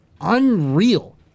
Unreal